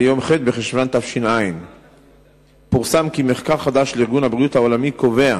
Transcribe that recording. ביום ח' בחשוון תש"ע פורסם כי מחקר חדש של ארגון הבריאות העולמי קובע